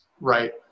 right